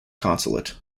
consulate